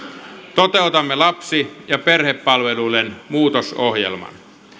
toteutamme lapsi ja perhepalveluiden muutosohjelman